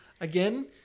again